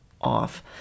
off